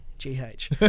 G-H